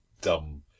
dumb